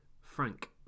Frank